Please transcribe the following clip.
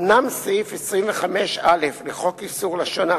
אומנם סעיף 25א לחוק איסור לשון הרע,